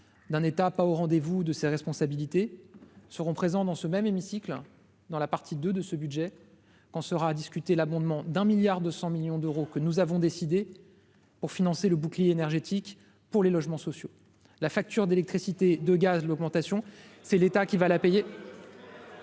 d'un État pas au rendez-vous de ses responsabilités seront présents dans ce même hémicycle dans la partie de de ce budget qu'on sera discuter l'abondement d'un milliard 200 millions d'euros que nous avons décidé, pour financer le bouclier énergétique pour les logements sociaux, la facture d'électricité, de gaz, l'augmentation, c'est l'État qui va la payer.